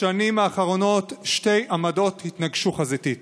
בשנים האחרונות שתי עמדות התנגשו חזיתית.